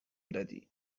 دادی